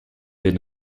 did